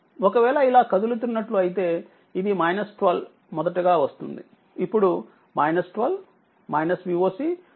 ఒక వేళ ఇలా కదులుతున్నట్లు అయితే ఇది 12మొదటగా వస్తుంది ఇప్పుడు 12 Voc V1 0 అవుతుంది